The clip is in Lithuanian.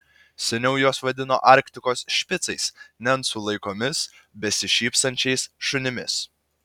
seniau juos vadino arktikos špicais nencų laikomis besišypsančiais šunimis